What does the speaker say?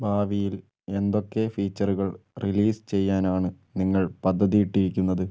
ഭാവിയിൽ എന്തൊക്കെ ഫീച്ചറുകൾ റിലീസ് ചെയ്യാനാണ് നിങ്ങൾ പദ്ധതിയിട്ടിരിക്കുന്നത്